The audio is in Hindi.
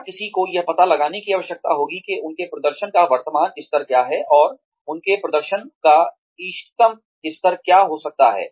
और किसी को यह पता लगाने की आवश्यकता होगी कि उनके प्रदर्शन का वर्तमान स्तर क्या है और उनके प्रदर्शन का इष्टतम स्तर क्या हो सकता है